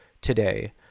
today